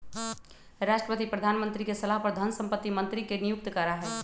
राष्ट्रपति प्रधानमंत्री के सलाह पर धन संपत्ति मंत्री के नियुक्त करा हई